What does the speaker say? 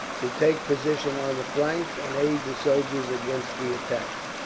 to take position on the flanks, and aid the soldiers against the attacks.